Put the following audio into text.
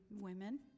women